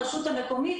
הרשות המקומית,